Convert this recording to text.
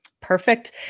perfect